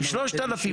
3,000,